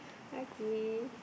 okay